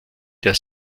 der